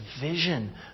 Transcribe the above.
vision